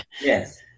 Yes